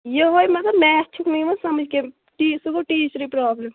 یُِہے مطلب میتھ چھُکھ نہٕ یوَان سَمٕج کیٚنٛہہ کہِ ٹی سُہ گوٚو ٹیچرٕے پرابلِم